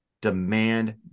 Demand